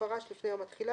ופרש לפני יום התחילה,